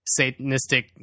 satanistic